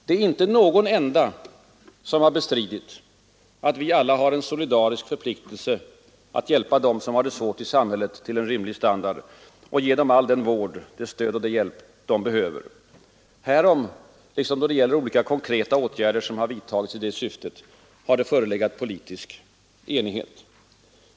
Det är inte någon enda som har bestritt att vi alla har en solidarisk förpliktelse att hjälpa dem som har det svårt i samhället till rimlig standard och ge dem all den vård, det stöd och den hjälp de behöver. Härom, liksom om de konkreta åtgärder som vidtagits i detta syfte, har förelegat politisk enighet.